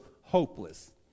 hopeless